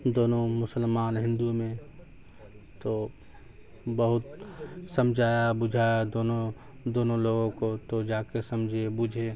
دونوں مسلمان ہندو میں تو بہت سمجھایا بجھایا دونوں دونوں لوگوں کو تو جا کے سمجھے بوجھے